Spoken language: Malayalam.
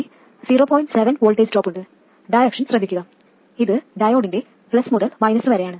7 V ഡ്രോപ്പ് ഉണ്ട് ഡയറക്ഷൻ ശ്രദ്ധിക്കുക ഇത് ഡയോഡിന്റെ പ്ലസ് മുതൽ മൈനസ് വരെയാണ്